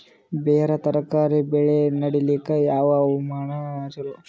ಬೇರ ತರಕಾರಿ ಬೆಳೆ ನಡಿಲಿಕ ಯಾವ ಹವಾಮಾನ ಚಲೋ?